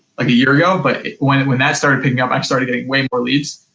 like a year ago. but when and when that started picking up, i started getting way more leads,